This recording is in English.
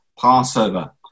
Passover